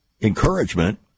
encouragement